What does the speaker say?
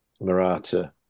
Marata